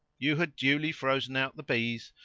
you had duly frozen out the bees,